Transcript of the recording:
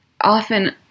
often